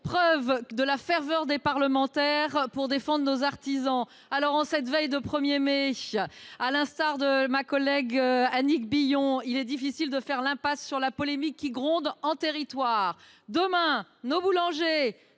Preuve de la ferveur des parlementaires pour défendre nos artisans. Alors en cette veille de 1er mai, à l'instar de ma collègue Annick Billon, il est difficile de faire l'impasse sur la polémique qui gronde en territoire. Demain, nos boulangers,